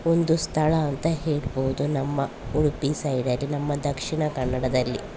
ಒಂದು ಸ್ಥಳ ಅಂತ ಹೇಳ್ಬೋದು ನಮ್ಮ ಉಡುಪಿ ಸೈಡಲ್ಲಿ ನಮ್ಮ ದಕ್ಷಿಣ ಕನ್ನಡದಲ್ಲಿ